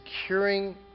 securing